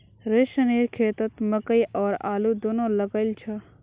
रोशनेर खेतत मकई और आलू दोनो लगइल छ